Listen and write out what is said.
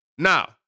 Now